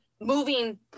moving